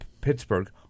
Pittsburgh